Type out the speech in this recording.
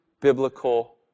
biblical